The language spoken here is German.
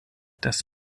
das